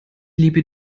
liebe